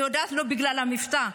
אני יודעת, לא בגלל המבטא.